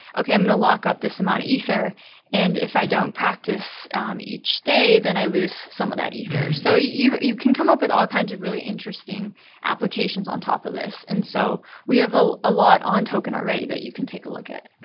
okay, i'm going to lock up this amount of ether and if i don't practice um each day then i lose some of that ether. so you you can come up with all kinds of really interesting applications on top of this. and so we have all a lot on token already that you can take a look at.